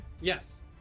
yes